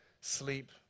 sleep